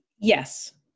Yes